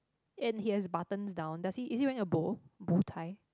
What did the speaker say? and he has buttons down does he is he wearing a bow bow tie